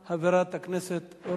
חבר הכנסת דב חנין, לא נמצא.